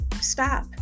stop